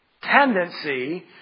tendency